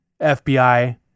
FBI